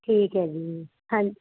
ਠੀਕ ਹੈ ਜੀ ਹਾਂਜੀ